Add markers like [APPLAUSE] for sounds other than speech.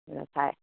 [UNINTELLIGIBLE]